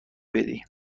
بدی